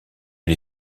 les